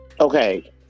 okay